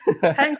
Thanks